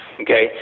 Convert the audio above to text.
okay